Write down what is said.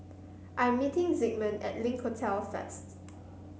I'm meeting Zigmund at Link Hotel first